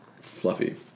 fluffy